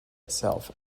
itself